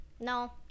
No